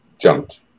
jumped